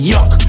Yuck